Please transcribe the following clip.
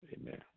Amen